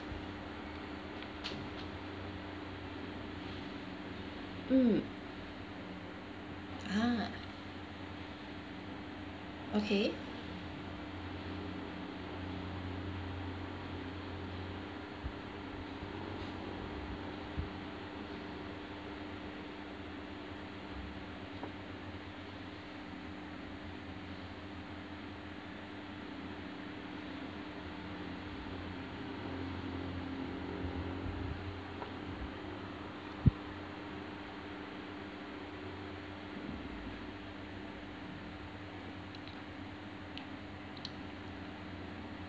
mm ah okay